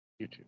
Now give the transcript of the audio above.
YouTube